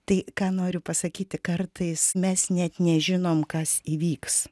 tai ką noriu pasakyti kartais mes net nežinom kas įvyks